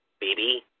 baby